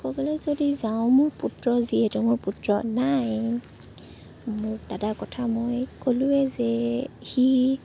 ক'বলৈ যদি যাওঁ মোৰ পুত্ৰ যিহেতু মোৰ পুত্ৰ নাই মোৰ দাদাৰ কথা মই ক'লোৱে যে সি